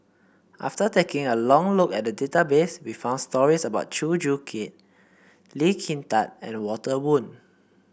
after taking a long look at the database we found stories about Chew Joo Chiat Lee Kin Tat and Walter Woon